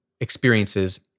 experiences